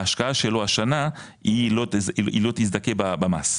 ההשקעה שלו השנה היא לא תזדכה במס.